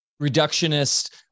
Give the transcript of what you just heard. reductionist